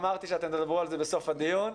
אמרתי שאתם תדברו על זה בסוף הדיון,